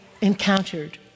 encountered